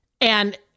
And-